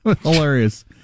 Hilarious